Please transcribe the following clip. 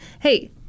Hey